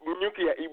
nuclear